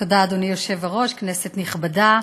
אדוני היושב-ראש, תודה, כנסת נכבדה,